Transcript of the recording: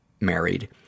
married